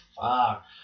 fuck